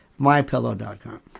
MyPillow.com